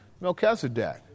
Melchizedek